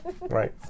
right